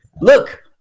Look